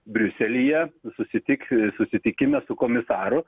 briuselyje susitiks susitikim su komisaru